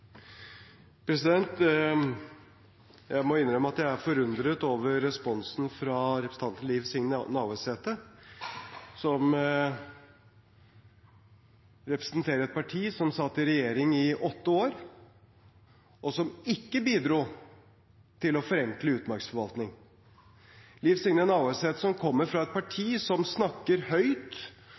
gjere. Jeg må innrømme at jeg er forundret over responsen fra representanten Liv Signe Navarsete, som representerer et parti som satt i regjering i åtte år, og som ikke bidro til å forenkle utmarksforvaltningen. Liv Signe Navarsete kommer fra et parti som snakker høyt